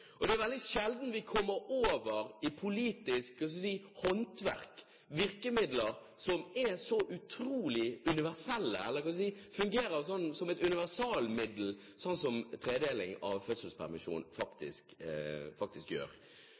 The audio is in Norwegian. Det er veldig sjelden vi i politisk håndverk kommer over så utrolig universelle virkemidler, og noe som fungerer som universalmiddel sånn som tredeling av fødselspermisjonen faktisk gjør.